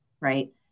right